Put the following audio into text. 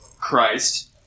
Christ